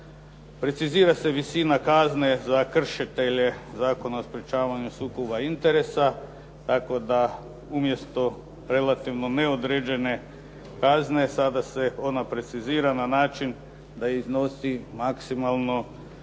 Precizira se visina kazne za kršitelje Zakona o sprečavanju sukoba interesa, tako da umjesto relativno neodređene kazne sada se ona precizira na način da iznosi maksimalno neto